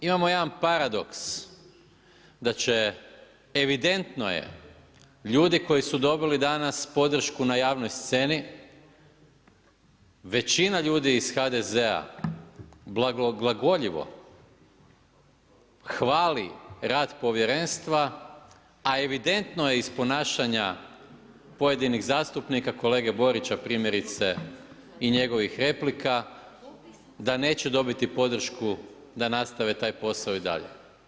Imamo jedan paradoks da će, evidentno je, ljudi koji su dobili danas podršku na javnoj sceni većina ljudi iz HDZ-a blagoglagoljivo hvali rad povjerenstva a evidentno je iz ponašanja pojedinih zastupnika, kolege Borića primjerice i njegovih replika da neće dobiti podršku da nastave taj posao i dalje.